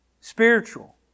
spiritual